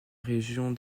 région